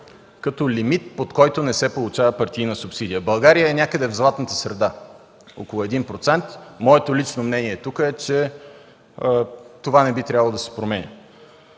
като лимит, под който не се получава партийна субсидия. България е някъде в златната среда – около 1%. Моето лично мнение тук е, че това не би трябвало да се променя.